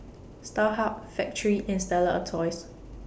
Starhub Factorie and Stella Artois